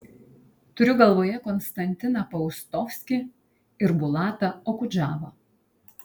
turiu galvoje konstantiną paustovskį ir bulatą okudžavą